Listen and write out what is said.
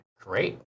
Great